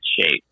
shape